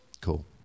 Cool